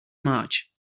march